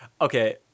okay